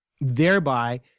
thereby